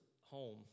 home